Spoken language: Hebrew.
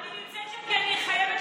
אני נמצאת שם,